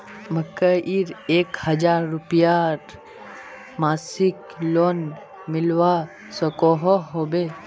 मकईर एक हजार रूपयार मासिक लोन मिलवा सकोहो होबे?